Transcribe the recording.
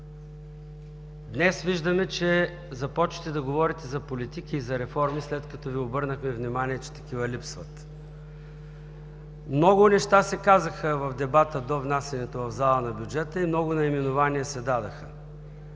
Днес виждаме, че започвате да говорите за политики и за реформи, след като Ви обърнахме внимание, че такива липсват. Много неща се казаха в дебата до внасянето на бюджета в зала и много наименования се дадоха.